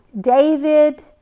David